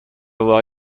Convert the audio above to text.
avoir